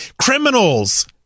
Criminals